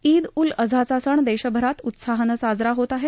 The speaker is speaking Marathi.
ईद उल अझाचा सण देशभरात उत्साहानं साजरा होत आहे